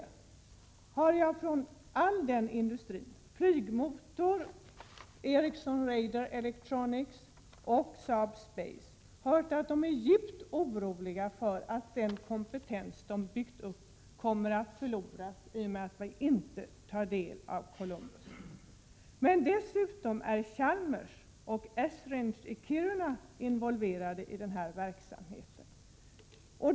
Jag har hört från Volvo Flygmotor, Ericsson Radar Electronics och Saab Space att de är djupt oroliga för att den kompetens som har byggts upp kommer att förloras i och med att Sverige inte deltar i Columbus. Dessutom är Chalmers och Esrange i Kiruna involverade i verksamheten.